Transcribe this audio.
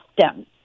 system